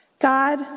God